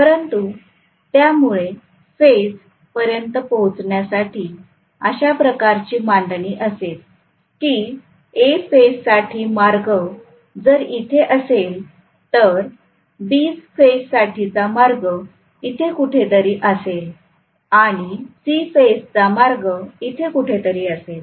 परंतु त्यामुळे फेज पर्यंत पोहोचण्यासाठी अशा प्रकारची मांडणी असेल की A फेज साठी मार्ग जर इथे असेल तर B फेज चा मार्ग इथे कुठेतरी असेल आणि C फेज चा मार्ग इथे कुठेतरी असेल